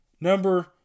number